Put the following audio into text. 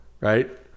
right